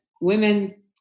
women